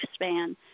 lifespan